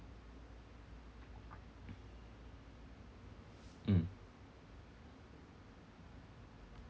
mm